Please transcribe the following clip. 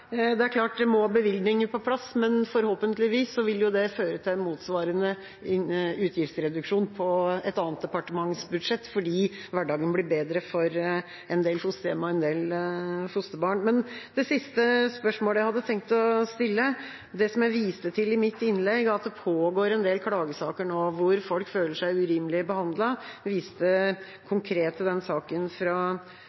Det er klart det må bevilgninger på plass, men forhåpentligvis vil jo det føre til en motsvarende utgiftsreduksjon på et annet departements budsjett fordi hverdagen blir bedre for en del fosterhjem og en del fosterbarn. Men det siste spørsmålet jeg hadde tenkt å stille, gjelder det jeg viste til i mitt innlegg om at det nå pågår en del klagesaker hvor folk føler seg urimelig behandlet. Jeg viste